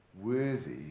Worthy